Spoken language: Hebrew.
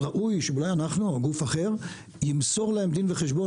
ראוי שאולי אנחנו או גוף אחר ימסור להם דין וחשבון